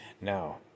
now